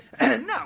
No